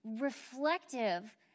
reflective